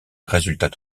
résultat